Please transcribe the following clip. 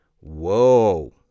Whoa